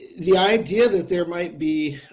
the idea that there might be